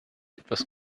etwas